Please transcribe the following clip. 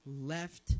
left